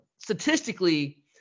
Statistically